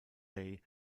day